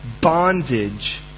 bondage